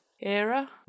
Era